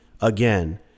again